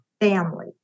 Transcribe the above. family